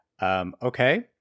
Okay